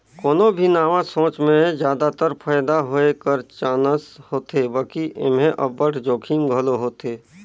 कोनो भी नावा सोंच में जादातर फयदा होए कर चानस होथे बकि एम्हें अब्बड़ जोखिम घलो होथे